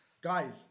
guys